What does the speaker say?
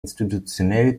institutionell